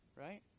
Right